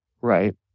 right